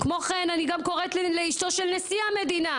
כמו כן אני קוראת לאשתו של נשיא המדינה,